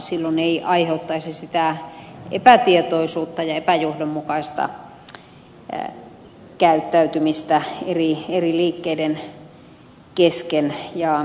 silloin ei aiheutuisi sitä epätietoisuutta ja epäjohdonmukaista käyttäytymistä eri liikkeiden kesken